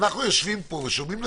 אנחנו יושבים פה ושומעים נתונים.